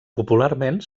popularment